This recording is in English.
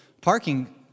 parking